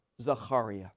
Zachariah